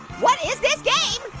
what is this game?